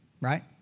Right